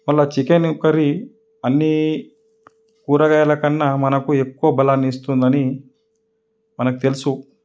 మళ్ళీ chicken curry అన్ని కూరగాయల కన్నా మనకు ఎక్కువ బలాన్ని ఇస్తుంది అని మనకు తెలుసు